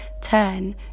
turn